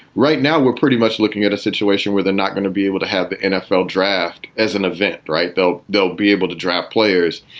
right now we're pretty much looking at a situation where they're not going to be able to have the nfl draft as an event. right they'll they'll be able to draft players,